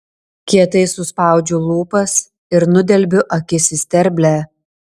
kietai suspaudžiu lūpas ir nudelbiu akis į sterblę